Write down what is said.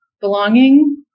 belonging